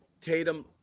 Tatum